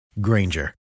Granger